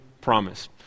promise